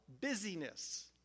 busyness